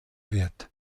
wird